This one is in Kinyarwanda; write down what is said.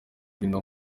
kurinda